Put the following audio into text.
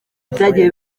byagiye